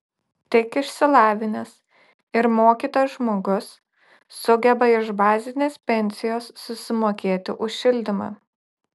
tik išsilavinęs ir mokytas žmogus sugeba iš bazinės pensijos susimokėti už šildymą